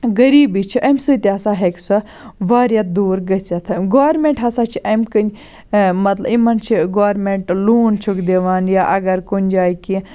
غریٖبی چھِ امہِ سۭتۍ تہِ ہَسا ہیٚکہِ سۄ واریاہ دوٗر گٔژھِتھ گورمنٹ ہَسا چھِ امہِ کنۍ مَطلَب یِمَن چھِ گورمنٹ لون چھُکھ دِوان یا اگر کُنہِ جایہِ کینٛہہ